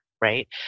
right